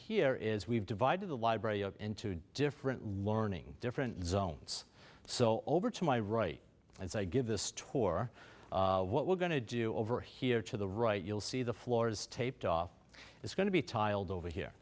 here is we've divided the library into different learning different zones so over to my right and i give this tour what we're going to do over here to the right you'll see the floors taped off it's going to be tiled over here